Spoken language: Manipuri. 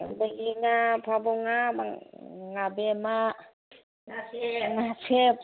ꯑꯗꯨꯗꯒꯤ ꯉꯥ ꯐꯥꯕꯧ ꯉꯥ ꯉꯥꯕꯦꯝꯃ ꯉꯥꯁꯦꯞ